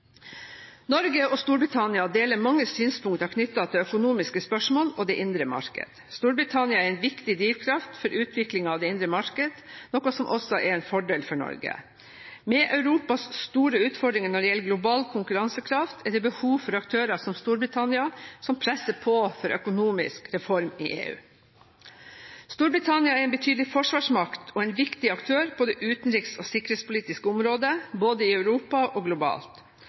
Norge og Storbritannia deler mange synspunkter knyttet til økonomiske spørsmål og det indre marked. Storbritannia er en viktig drivkraft for utviklingen av det indre marked, noe som også er en fordel for Norge. Med Europas store utfordringer når det gjelder global konkurransekraft, er det behov for aktører som Storbritannia som presser på for økonomisk reform i EU. Storbritannia er en betydelig forsvarsmakt og en viktig aktør på det utenriks- og sikkerhetspolitiske området, både i Europa og globalt.